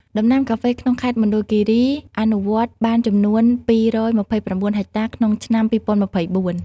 ដំណាំកាហ្វេក្នុងខេត្តមណ្ឌលគិរី អនុវត្តបានចំនួន ៥២៩ ហិកតាក្នុងឆ្នាំ២០២៤។